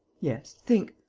yes, think,